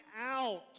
out